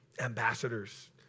ambassadors